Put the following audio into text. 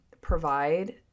provide